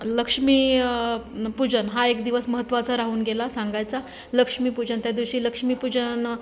लक्ष्मी पूजन हा एक दिवस महत्त्वाचा राहून गेला सांगायचा लक्ष्मीपूजन त्या दिवशी लक्ष्मीपूजन